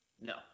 No